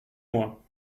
moi